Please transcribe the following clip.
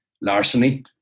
larceny